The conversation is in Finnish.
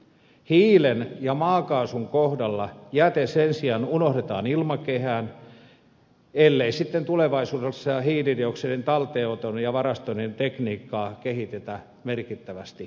hiilen ja maakaasun kohdalla jäte sen sijaan unohdetaan ilmakehään ellei sitten tulevaisuudessa hiilidioksidin talteenoton ja varastoinnin tekniikkaa kehitetä merkittävästi eteenpäin